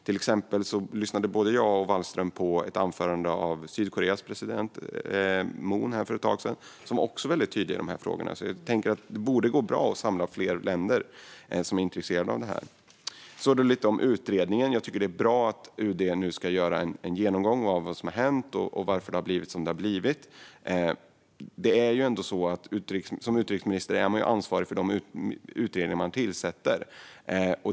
Till exempel lyssnade både jag och Wallström på ett anförande av Sydkoreas president Moon för ett tag sedan, som också var väldigt tydlig i de här frågorna. Så det borde gå bra att samla fler länder som är intresserade av detta. Så några ord om utredningen. Jag tycker att det är bra att UD nu ska göra en genomgång av vad som har hänt och varför det har blivit som det har blivit. Som utrikesminister är man ändå ansvarig för de utredningar man tillsätter.